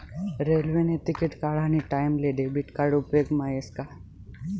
रेल्वेने तिकिट काढानी टाईमले डेबिट कार्ड उपेगमा यस का